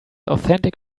authentic